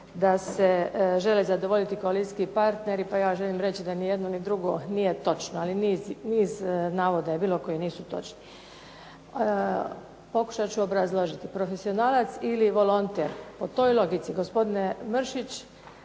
da se žele zadovoljiti koalicijski partneri, pa ja želim reći da ni jedno ni drugo nije točno, ali niz navoda je bilo koji nisu točni. Pokušati ću obrazložiti. Profesionalac ili volonter po toj logici gospodine Mršić